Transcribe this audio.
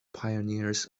pioneers